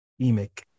emic